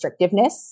restrictiveness